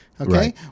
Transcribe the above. Okay